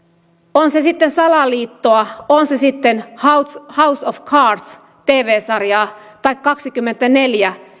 on se sitten salaliittoa on se sitten house house of cards tv sarjaa tai kaksikymmentäneljä